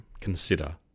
consider